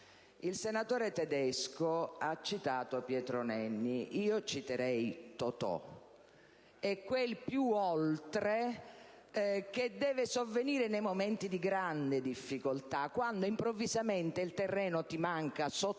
Il senatore Tedesco ha citato Pietro Nenni; io citerei Totò, e quel «più oltre» che deve sovvenire nei momenti di grande difficoltà, quando improvvisamente il terreno ti manca sotto i